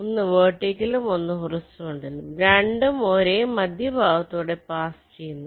1 വെർട്ടിക്കലും 1 ഹൊറിസോണ്ടലും 2 ഉം ഒരേ മധ്യഭാഗത്തൂടെ പാസ് ചെയുന്നു